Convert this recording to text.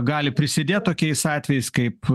gali prisidėt tokiais atvejais kaip